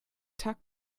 tag